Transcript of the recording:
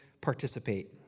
participate